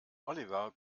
oliver